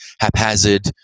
haphazard